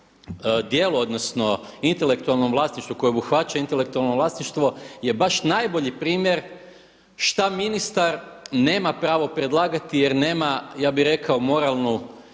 djelu odnosno intelektualnom vlasništvu je baš najbolji primjer šta ministar nema pravo predlagati jer nema ja bih rekao moralnu